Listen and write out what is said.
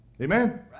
Amen